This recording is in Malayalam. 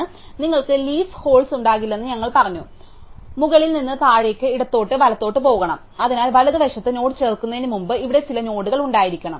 അതിനാൽ നിങ്ങൾക്ക് ലീഫ് ഹോൾസ് ഉണ്ടാകില്ലെന്ന് ഞങ്ങൾ പറഞ്ഞു നിങ്ങൾ മുകളിൽ നിന്ന് താഴേക്ക് ഇടത്തോട്ട് വലത്തോട്ട് പോകണം അതിനാൽ വലതുവശത്ത് നോഡ് ചേർക്കുന്നതിന് മുമ്പ് ഇവിടെ ചില നോഡുകൾ ഉണ്ടായിരിക്കണം